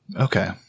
Okay